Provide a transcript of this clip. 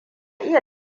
iya